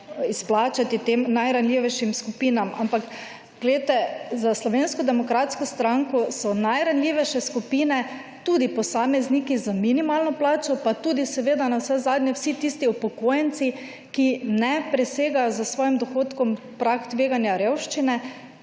izplačati tem najranljivejšim skupinam. Ampak poglejte, za Slovensko demokratsko stranko so najranljivejše skupine tudi posamezniki z minimalno plačo pa tudi seveda navsezadnje vsi tisti upokojenci, ki ne presegajo s svojim dohodkom prag tveganja revščine,